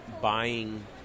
buying